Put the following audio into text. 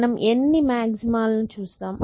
మనం ఎన్ని మాక్సిమా లను చూస్తాం